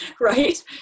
right